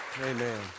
Amen